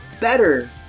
better